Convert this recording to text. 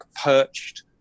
perched